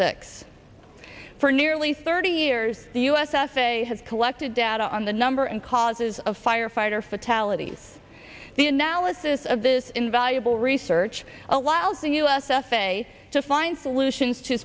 six for nearly thirty years the u s f a a has collected data on the number and causes of firefighter fatalities the analysis of this invaluable research allows the u s s day to find solutions to